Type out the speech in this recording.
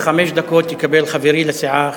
וחמש דקות יקבל חברי לסיעה,